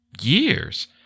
years